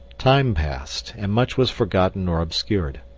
time passed and much was forgotten or obscured.